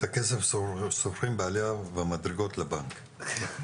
את הכסף סופרים בעלייה למדרגות לבנק.